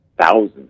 thousands